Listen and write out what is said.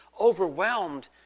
overwhelmed